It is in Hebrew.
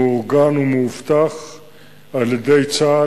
מאורגן ומאובטח על-ידי צה"ל,